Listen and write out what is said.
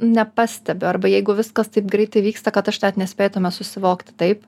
nepastebiu arba jeigu viskas taip greitai vyksta kad aš net nespėtume susivokt taip